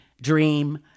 Dream